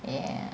ya